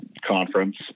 conference